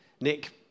Nick